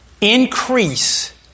increase